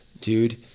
dude